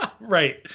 right